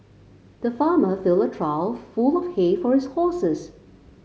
the farmer filled a trough full of hay for his horses